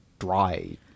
dry